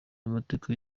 amateka